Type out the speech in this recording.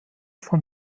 von